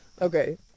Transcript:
Okay